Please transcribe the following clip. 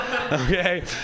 okay